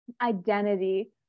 identity